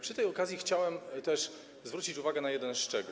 Przy tej okazji chciałem też zwrócić uwagę na jeden szczegół.